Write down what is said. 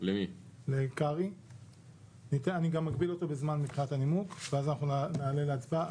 אני גם אגביל אותו בזמן מבחינת הנימוק ואז אנחנו נעלה להצבעה.